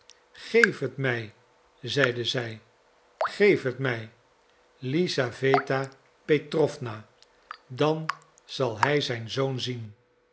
geef het mij zeide zij geef het mij lisaweta petrowna dan zal hij zijn zoon zien